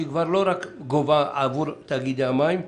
שהיא כבר לא רק גובה עבור תאגידי המים,